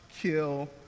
kill